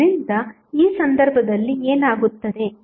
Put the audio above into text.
ಆದ್ದರಿಂದ ಈ ಸಂದರ್ಭದಲ್ಲಿ ಏನಾಗುತ್ತದೆ